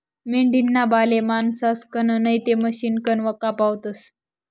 मेंढीना बाले माणसंसकन नैते मशिनकन कापावतस